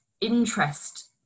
interest